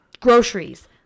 groceries